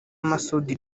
masudi